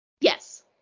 Yes